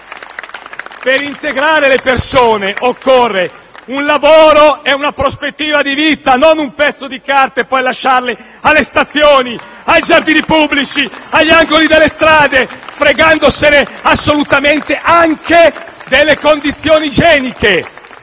Per integrare le persone occorrono un lavoro e una prospettiva di vita, non un pezzo di carta, e non bisogna lasciarle alle stazioni, ai giardini pubblici o agli angoli delle strade fregandosene assolutamente anche delle condizioni igieniche